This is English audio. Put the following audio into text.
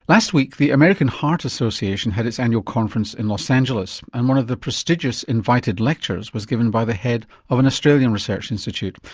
last week the american heart association had its annual conference in los angeles and one of the prestigious invited lectures was given by the head of an australian research institute,